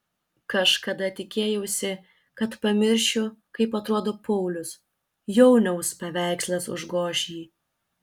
kažkada tikėjausi kad pamiršiu kaip atrodo paulius jauniaus paveikslas užgoš jį